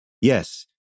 Yes